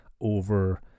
over